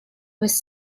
was